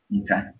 Okay